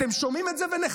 אתם שומעים את זה ונחרדים.